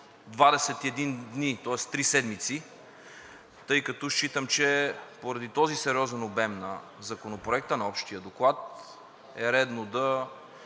21 дни, тоест три седмици, тъй като считам, че поради този сериозен обем на Законопроекта – на общия доклад, е редно да